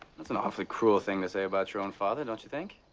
that's an awfully cruel thing to say about your own father. don't you think?